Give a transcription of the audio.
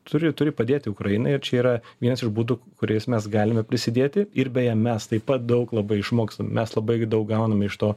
turi turi padėti ukrainai ir čia yra vienas iš būdų kuriais mes galime prisidėti ir beje mes taip pat daug labai išmokstam mes labai daug gaunam iš to